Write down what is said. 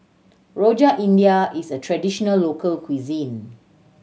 Rojak India is a traditional local cuisine